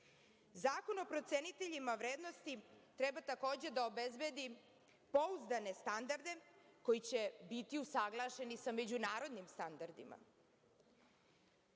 o proceniteljima vrednosti treba takođe da obezbedi pouzdane standarde koji će biti usaglašeni sa međunarodnim standardima. Pored